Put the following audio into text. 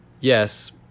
yes